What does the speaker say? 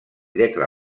lletra